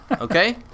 Okay